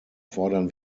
fordern